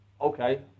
Okay